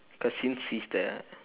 cause since he is the